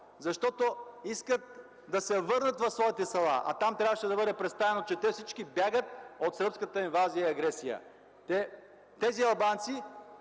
защото искат да се върнат в своите села. Трябваше обаче да бъде представено, че всички те бягат от сръбската инвазия и агресия. Тези албанци